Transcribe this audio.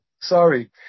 Sorry